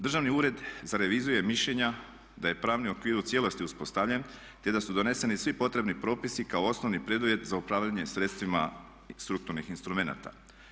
Državni ured za reviziju je mišljenja da je pravni okvir u cijelosti uspostavljen te da su doneseni svi potrebni propisi kao osnovni preduvjet za upravljanje sredstvima strukturnih instrumenata.